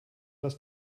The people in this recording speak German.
das